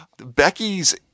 Becky's